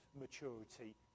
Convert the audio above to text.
maturity